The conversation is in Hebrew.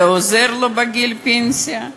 זה עוזר לו בגיל הפנסיה?